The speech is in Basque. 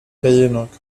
gehienok